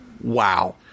wow